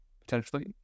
potentially